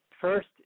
first